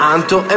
Anto